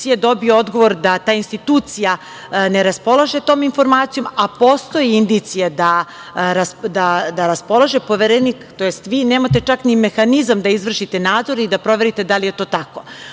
dobije odgovor da ta institucija ne raspolaže tom informacijom a postoji indicija da raspolaže, Poverenik to jest vi nemate čak ni mehanizam da izvršite nadzor i da proverite da li je to